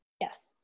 Yes